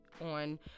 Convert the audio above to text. on